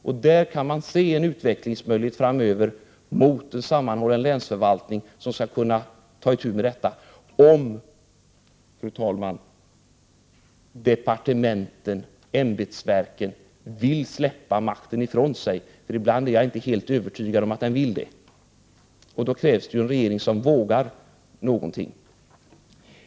Man kan där se en utvecklingsmöjlighet framöver mot en sammanhållen länsförvaltning som skall kunna ta itu med detta, om departementen och ämbetsverken vill släppa makten ifrån sig. Ibland är jag inte helt övertygad om att de vill det. Det krävs då en regering som vågar någonting.